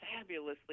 fabulously